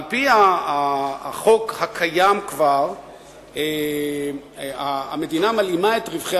על-פי החוק שכבר קיים המדינה מלאימה את רווחי